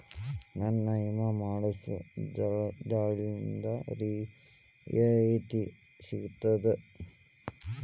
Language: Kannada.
ನನ್ನ ವಿಮಾ ಮಾಡಿಸೊ ದಲ್ಲಾಳಿಂದ ರಿಯಾಯಿತಿ ಸಿಗ್ತದಾ?